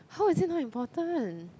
how is it not important